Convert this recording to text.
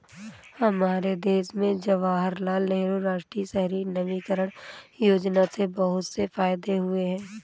हमारे देश में जवाहरलाल नेहरू राष्ट्रीय शहरी नवीकरण योजना से बहुत से फायदे हुए हैं